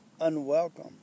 unwelcome